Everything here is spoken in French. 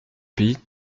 pays